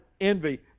envy